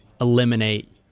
eliminate